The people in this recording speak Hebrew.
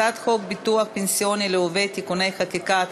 הצעת חוק ביטוח פנסיוני לעובד (תיקוני חקיקה),